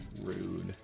Rude